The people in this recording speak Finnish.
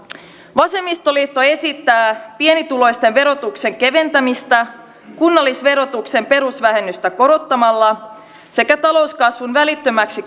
vasemmistoliitto esittää pienituloisten verotuksen keventämistä kunnallisverotuksen perusvähennystä korottamalla sekä talouskasvun välittömäksi